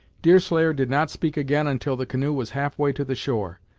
deerslayer did not speak again until the canoe was half-way to the shore.